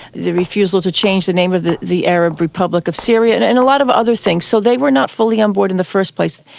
the refusal to change the name of the the arab republic of syria, and and a lot of other things. so they were not fully on board in the first place.